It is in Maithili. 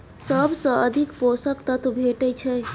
सबसँ अधिक पोसक तत्व भेटय छै?